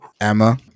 Emma